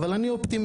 אבל אני אופטימיסט.